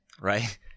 right